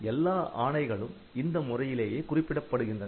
எல்லா ஆணைகளும் இந்த முறையிலேயே குறிப்பிடப்படுகின்றன